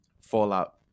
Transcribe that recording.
Fallout